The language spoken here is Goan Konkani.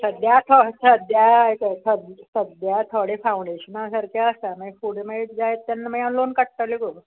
सद्या थो सद्यां आयकय सद्द्यां थोडे फावंडेशना सारकें आसा मागीर फुडें मागीर जाय तेन्ना मागीर हांव लोन काडटलें गो